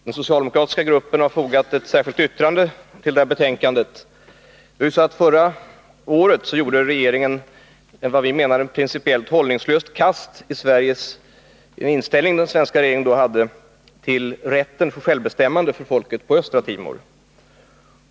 Fru talman! Vår grupp har fogat ett särskilt yttrande till det här betänkandet. Förra året gjorde regeringen ett enligt vår mening principiellt hållningslöst kast i sin inställning till rätten till självbestämmande för folket på Östra Timor.